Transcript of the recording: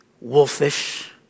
wolfish